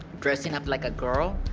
dressing up like a girl,